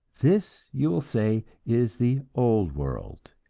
this, you will say, is the old world,